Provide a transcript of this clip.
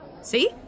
See